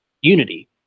unity